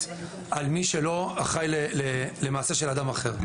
על מי שלא אחראי למעשה של אדם אחר.